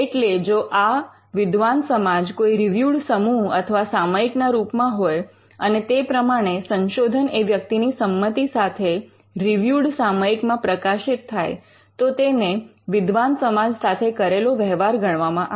એટલે જો આ સવિદ્વાન સમાજ કોઈ રિવ્યૂડ સમૂહ અથવા સામયીક ના રૂપમાં હોય અને તે પ્રમાણે સંશોધન એ વ્યક્તિ ની સંમતિ સાથે રિવ્યૂડ સામયિકમાં પ્રકાશિત થાય તો તેને વિદ્વાન સમાજ સાથે કરેલો વહેવાર ગણવામાં આવે